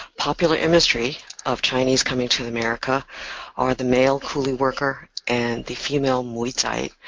popular imagery of chinese coming to america are the male coolie worker and the female mui-tsai.